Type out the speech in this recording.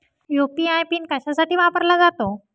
UPI pin कशासाठी वापरला जातो?